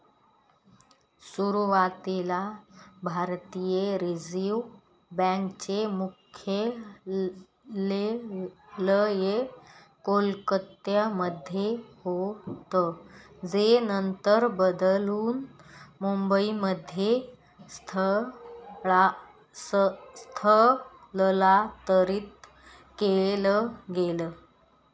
सुरुवातीला भारतीय reserve bank चे मुख्यालय कोलकत्यामध्ये होतं जे नंतर बदलून मुंबईमध्ये स्थलांतरीत केलं गेलं